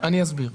אסביר.